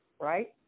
right